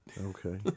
Okay